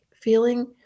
feeling